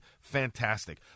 Fantastic